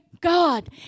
God